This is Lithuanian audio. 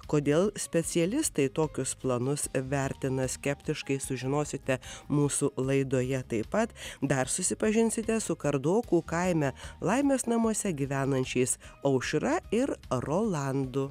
kodėl specialistai tokius planus vertina skeptiškai sužinosite mūsų laidoje taip pat dar susipažinsite su kardokų kaime laimės namuose gyvenančiais aušra ir rolandu